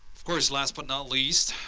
of course, last but not least,